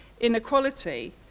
inequality